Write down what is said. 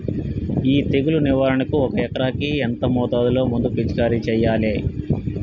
ఈ తెగులు నివారణకు ఒక ఎకరానికి ఎంత మోతాదులో మందు పిచికారీ చెయ్యాలే?